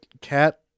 cat